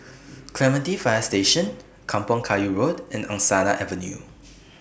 Clementi Fire Station Kampong Kayu Road and Angsana Avenue